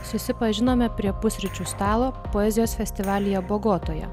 susipažinome prie pusryčių stalo poezijos festivalyje bogotoje